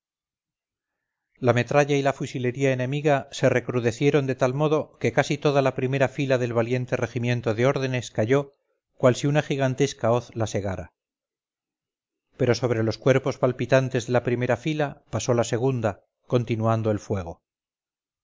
la metralla y la fusilería enemiga se recrudecieron de tal modo que casi toda la primera fila del valiente regimiento de órdenes cayó cual si una gigantesca hoz la segara pero sobre los cuerpos palpitantes de la primera fila pasó la segunda continuando el fuego